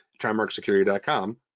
TrimarkSecurity.com